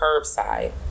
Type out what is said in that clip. curbside